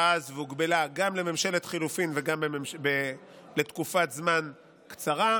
אז והוגבלה גם לממשלת חילופים וגם לתקופת זמן קצרה,